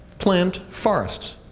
plant forests.